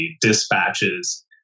dispatches